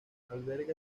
alberga